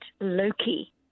Loki